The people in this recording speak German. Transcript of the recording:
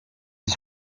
ich